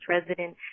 resident